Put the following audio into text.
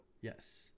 yes